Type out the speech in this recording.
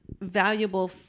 valuable